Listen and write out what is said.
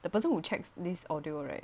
the person who checks this audio right